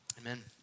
Amen